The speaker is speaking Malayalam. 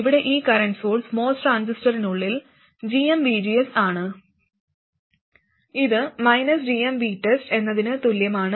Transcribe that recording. ഇവിടെ ഈ കറന്റ് സോഴ്സ് MOS ട്രാൻസിസ്റ്ററിനുള്ളിൽ gmvgs ആണ് ഇത് gmVTEST എന്നതിന് തുല്യമാണ്